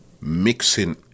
mixing